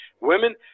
Women